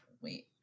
wait